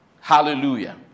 Hallelujah